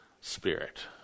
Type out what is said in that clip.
spirit